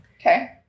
okay